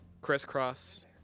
crisscross